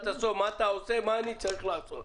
מה אתה עושה ומה אני צריך לעשות.